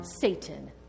Satan